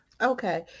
okay